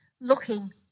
looking